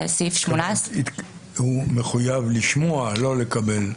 הוא מחויב לשמוע, לא לקבל.